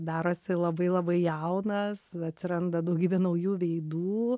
darosi labai labai jaunas atsiranda daugybė naujų veidų